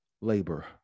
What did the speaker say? labor